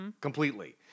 Completely